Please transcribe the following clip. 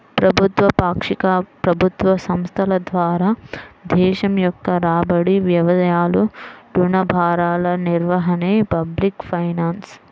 ప్రభుత్వ, పాక్షిక ప్రభుత్వ సంస్థల ద్వారా దేశం యొక్క రాబడి, వ్యయాలు, రుణ భారాల నిర్వహణే పబ్లిక్ ఫైనాన్స్